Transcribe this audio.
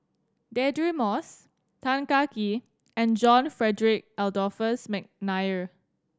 Deirdre Moss Tan Kah Kee and John Frederick Adolphus McNair